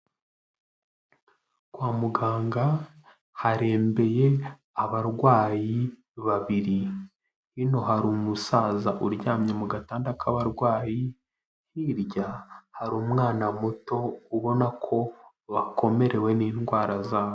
Kwa muganga harembeye abarwayi babiri hino hari umusaza uryamye mu gatanda k'abarwayi hirya hari umwana muto ubona ko bakomerewe n'indwara zabo.